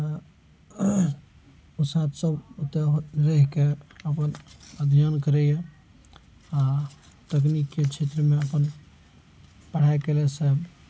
आओर ओ सब ओतऽ रहिके अपन अध्ययन करइए आओर तकनीकके क्षेत्रमे अपन पढ़ाइ केलासँ